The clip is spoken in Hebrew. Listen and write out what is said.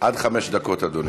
עד חמש דקות, אדוני.